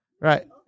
Right